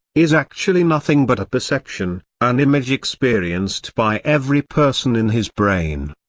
is actually nothing but a perception an image experienced by every person in his brain.